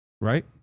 Right